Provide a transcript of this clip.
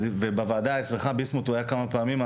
הוא היה בוועדה אצלך כמה פעמים,